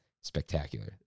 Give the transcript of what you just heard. spectacular